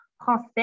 français